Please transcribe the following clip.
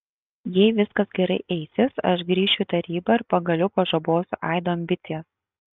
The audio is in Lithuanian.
jei viskas gerai eisis aš grįšiu į tarybą ir pagaliau pažabosiu aido ambicijas